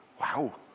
Wow